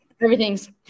everything's –